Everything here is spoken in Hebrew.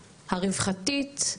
הרווחתית,